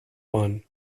one